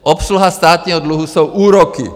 Obsluha státního dluhu jsou úroky.